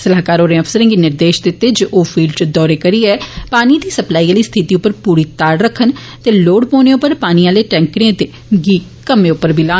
सलाहकार होरे अफसरे गी निर्देष दित्ते जे ओ फील्ड च दौरे करियै पानी दी सप्लाई आली स्थिति उप्पर पूरी ताड़ रक्खन ते लोड़ पौने उप्पर पानी आले टैंकर बी कम्मे उप्पर लान